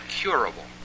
curable